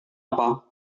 apa